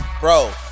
bro